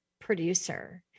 producer